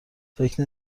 فکر